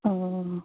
अ